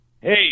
Hey